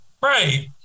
right